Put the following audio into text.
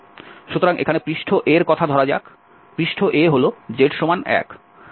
সুতরাং এখানে পৃষ্ঠ A র কথা ধরা যাক পৃষ্ঠ A হল z 1